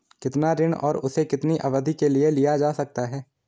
कितना ऋण और उसे कितनी अवधि के लिए लिया जा सकता है?